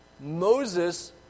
Moses